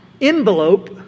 envelope